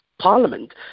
Parliament